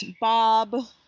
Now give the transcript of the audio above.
Bob